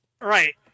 Right